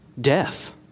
death